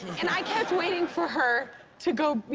and i kept waiting for her to go, you